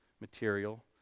material